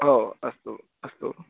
हो अस्तु अस्तु